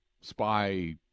spy